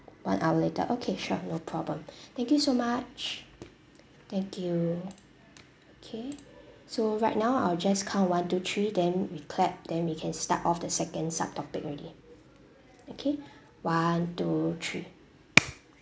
one hour later okay sure no problem thank you so much thank you okay so right now I'll just count one two three then we clap then we can start off the second sub topic already okay one two three